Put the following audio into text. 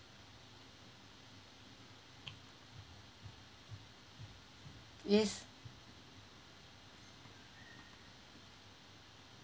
yes